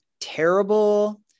Terrible